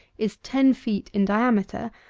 is ten feet in diameter,